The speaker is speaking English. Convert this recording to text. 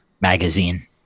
magazine